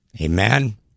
Amen